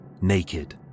naked